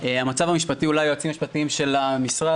המצב המשפטי אולי יועצים משפטיים של המשרד